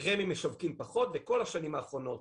רמ"י משווקים פחות, בכל השנים האחרונות